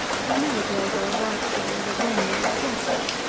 they may as well go a right way as a wrong way to get it.